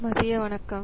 மதிய வணக்கம்